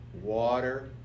water